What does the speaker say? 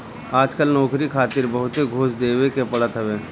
आजकल नोकरी खातिर बहुते घूस देवे के पड़त हवे